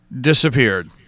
disappeared